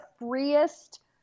freest